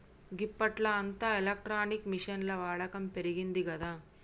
గిప్పట్ల అంతా ఎలక్ట్రానిక్ మిషిన్ల వాడకం పెరిగిందిగదా